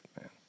man